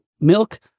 milk